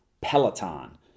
Peloton